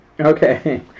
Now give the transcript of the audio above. Okay